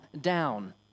down